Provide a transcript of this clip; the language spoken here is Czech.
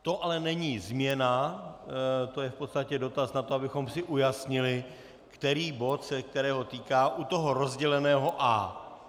To ale není změna, to je v podstatě dotaz na to, abychom si ujasnili, který bod se kterého týká u toho rozděleného A.